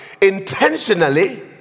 intentionally